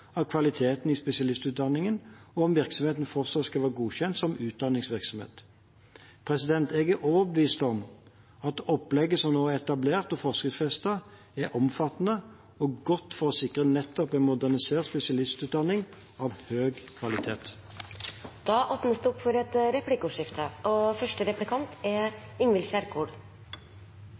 av kvaliteten i spesialistutdanningen og om virksomheten fortsatt skal være godkjent som utdanningsvirksomhet. Jeg er overbevist om at opplegget som nå er etablert og forskriftsfestet, er omfattende og godt for å sikre nettopp en modernisert spesialistutdanning av høy kvalitet. Det blir replikkordskifte. Helseministeren er eier av de regionale helseforetakene, og